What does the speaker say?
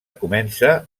comença